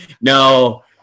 No